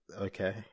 Okay